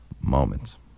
moments